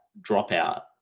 dropout